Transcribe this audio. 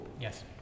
Yes